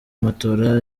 matola